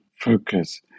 focus